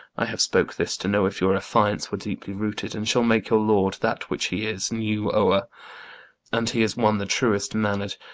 i have spoke this to know if your affiance were deeply rooted, and shall make your lord that which he is new o'er and he is one the truest manner'd,